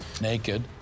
naked